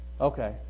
Okay